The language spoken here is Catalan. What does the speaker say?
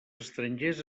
estrangers